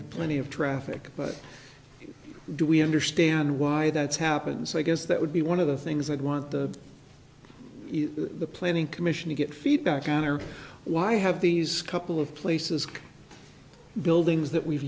have plenty of traffic but do we understand why that's happened so i guess that would be one of the things i'd want the the planning commission to get feedback on are why have these couple of places buildings that we've